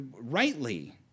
rightly